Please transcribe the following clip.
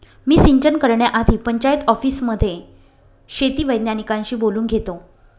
मी सिंचन करण्याआधी पंचायत ऑफिसमध्ये शेती वैज्ञानिकांशी बोलून घेतो